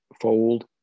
fold